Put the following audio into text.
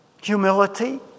humility